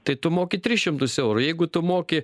tai tu moki tris šimtus eurų jeigu tu moki